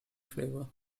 flavor